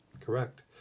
Correct